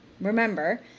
remember